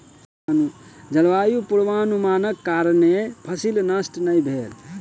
जलवायु पूर्वानुमानक कारणेँ फसिल नष्ट नै भेल